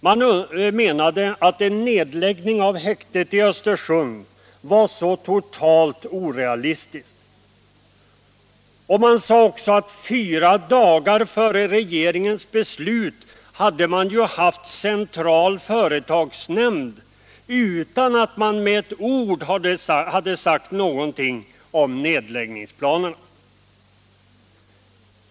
Man menade att en nedläggning av häktet i Östersund var totalt orealistisk, och man sade också aut fyra dagar före regeringens beslut hade man haft centralt företagsnämndsmöte utan att det med ett ord hade nämnts någontung om nedläggningsplanerna.